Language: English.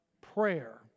prayer